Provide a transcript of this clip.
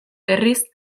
berriz